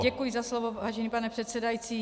Děkuji za slovo, vážený pane předsedající.